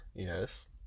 Yes